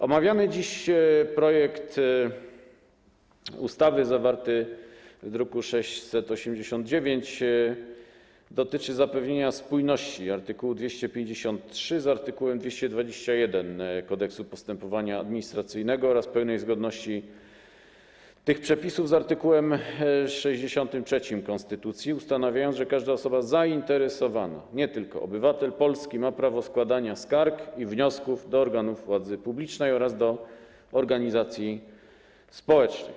Omawiany dziś projekt ustawy zawarty w druku nr 689 dotyczy zapewnienia spójności art. 253 z art. 221 Kodeksu postępowania administracyjnego oraz pełnej zgodności tych przepisów z art. 63 konstytucji, ustanawiając, że każda osoba zainteresowana - nie tylko obywatel polski - ma prawo składania skarg i wniosków do organów władzy publicznej oraz do organizacji społecznych.